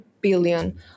billion